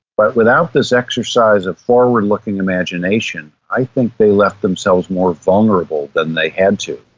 but without this exercise of forward looking imagination, i think they left themselves more vulnerable than they had to.